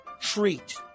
treat